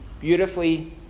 beautifully